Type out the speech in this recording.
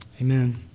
Amen